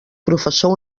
professor